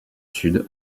sud